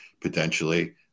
potentially